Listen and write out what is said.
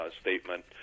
statement